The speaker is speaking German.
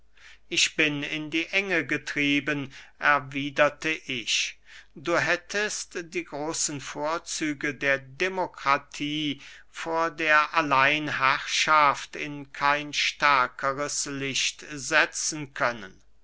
ich bin in die enge getrieben erwiederte ich du hättest die großen vorzüge der demokratie vor der alleinherrschaft in kein stärkeres licht setzen können